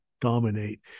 dominate